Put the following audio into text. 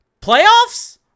Playoffs